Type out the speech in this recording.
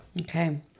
okay